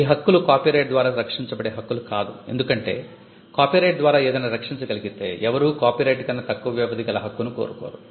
ఈ హక్కులు కాపీరైట్ ద్వారా రక్షించబడే హక్కులు కాదు ఎందుకంటే కాపీరైట్ ద్వారా ఏదైనా రక్షించగలిగితే ఎవరూ కాపీరైట్ కన్నా తక్కువ వ్యవధి కల హక్కును కోరుకోరు